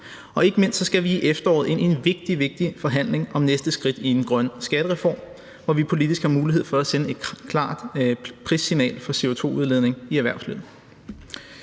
og ikke mindst skal vi i efteråret ind i en vigtig, vigtig forhandling om næste skridt i den grønne skattereform, hvor vi politisk har mulighed for at sende et klart prissignal for CO2-udledning i erhvervslivet.